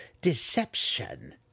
deception